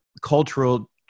cultural